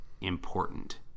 important